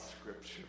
Scripture